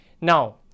Now